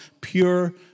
pure